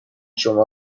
شما